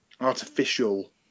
artificial